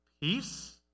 peace